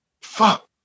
fuck